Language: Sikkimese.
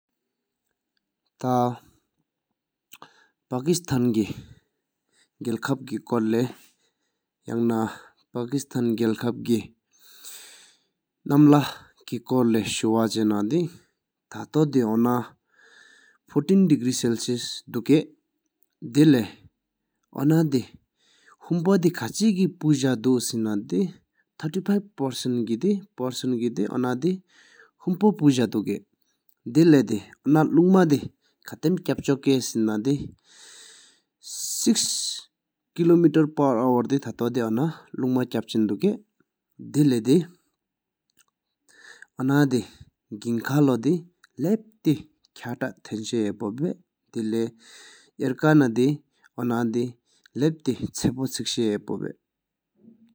ཐ་ པཀིསྟཱན་ཀེ་གྱལ་ཀཔ་ཀེ་ཁོར་ལེ་ཡང་ པཀིསྟཱན་གྱལ་ཀཔ་གེ་ནམ་ལྷ་ཀེ་ཁོར་ལེ་ཤུབ་ཆ་ན་དེ་ཐ་ཏོ་དེ་ ཨོན་ བཅུ་སྟོང་གཅིག་བཞི་གྲུ་བ་ དུགས་ཡོན་སྐོར་བཞགས་པ་ཡན་པོ་ལགས། དེ་ལེགས་ཨོ་ན་ཧུམ་པོ་དེ་ཁ་ཆེ་ཀེ་ པུ་ཇ་དུ་སེ་ ན་དེ་ བཅུ་ལྔ་ལྷག་ ཨོ་ན་དེ་ཧིམ་པོ་ པུ་ཇ་དུགས། དེ་ལེགས་བདེ་ ལུང་མ་ འདེ་ཁ་ཏམ་ཀབ་ཆང་ཀ་སེ་ན་དེ་ དྲུག་ལྷག་ ཁ་སཔ་ཁམ་ལེགས་འདེ་ཨོ་ན་ལོ་ ལུང་མ་ཀབ་ལྕན་དུགས་ དེ་སེ ཨོ་ན་དེ། གིན་ཁ་ལོ་ སེ་ ལབ་བསྟའ་ ཁ་ཏ་ཐན་ཤ་ཧ་པོ་བཧ་ དེ་ལེགས་ཡར་ཁ་ན་དེ་ཨོ་ན་དེ་ ལབ་མཐའ་རྒྱུས་ ཧ་པོབ་སཱ་ཤཱ་ཧ་པོ་བཱ།